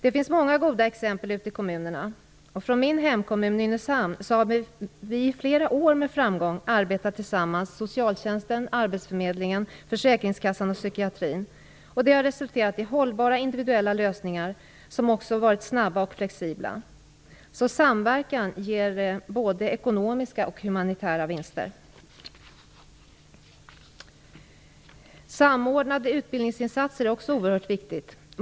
Det finns många goda exempel ute i kommunerna. I min hemkommun, Nynäshamn, har socialtjänst, arbetsförmedling, försäkringskassa och psykiatri i flera år med framgång arbetat tillsammans, och detta samarbete har resulterat i hållbara individuella lösningar, som också har varit snabba och flexibla. Samverkan ger alltså både ekonomiska och humanitära vinster. Samordnade utbildningsinsatser är också oerhört viktigt.